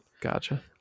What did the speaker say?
Gotcha